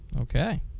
Okay